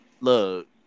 Look